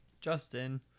Justin